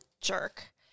jerk